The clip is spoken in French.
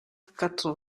quatre